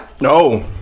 No